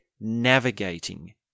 navigating